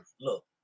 Look